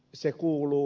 se kuuluu